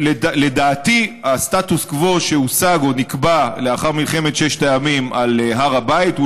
שלדעתי הסטטוס קוו שהושג או נקבע לאחר מלחמת ששת הימים על הר הבית,